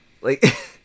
Like-